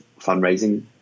fundraising